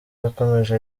yakomeje